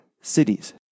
cities